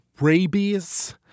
rabies